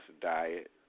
diet